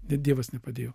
dievas nepadėjo